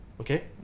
Okay